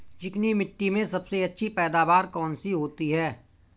चिकनी मिट्टी में सबसे अच्छी पैदावार कौन सी होती हैं?